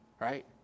right